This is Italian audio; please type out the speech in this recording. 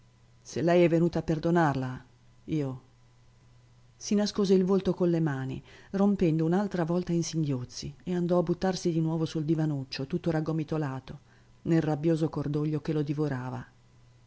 se lei è venuto a perdonarla io si nascose il volto con le mani rompendo un'altra volta in singhiozzi e andò a buttarsi di nuovo sul divanuccio tutto raggomitolato nel rabbioso cordoglio che lo divorava